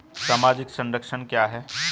सामाजिक संरक्षण क्या है?